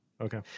okay